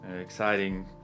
exciting